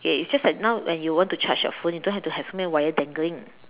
okay it's just that now when you want to charge you phone you don't have to have so many wire dangling